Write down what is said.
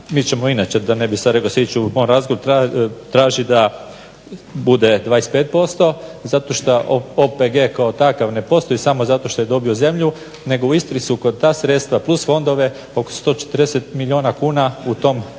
Mi ćemo inače da ne bih sad rekao, …/Govornik se ne razumije./… taži da bude 25% zato što OPG kao takav ne postoji samo zato što je dobio zemlju nego u Istri su kod ta sredstva plus fondove oko 140 milijuna kuna u tom razdoblju